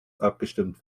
abgestimmt